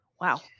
Wow